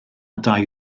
dau